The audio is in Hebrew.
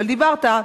אבל דיברת,